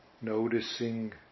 noticing